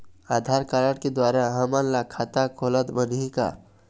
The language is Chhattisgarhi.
आधार कारड के द्वारा हमन ला खाता खोलत बनही का?